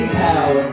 power